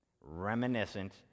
Reminiscent